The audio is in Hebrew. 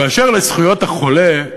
באשר לזכויות החולה,